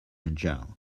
agile